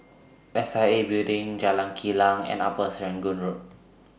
S I A Building Jalan Kilang and Upper Serangoon Road